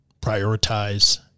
Prioritize